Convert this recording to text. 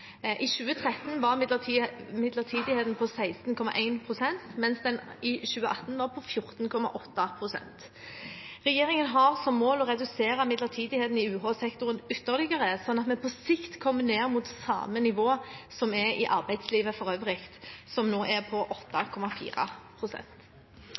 I 2013 var midlertidigheten på 16,1 pst., mens den i 2018 var på 14,8 pst. Regjeringen har som mål å redusere midlertidigheten i UH-sektoren ytterligere, sånn at vi på sikt kommer ned mot det samme nivået som er i arbeidslivet for øvrig, som nå er på